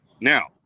Now